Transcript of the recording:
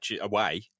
away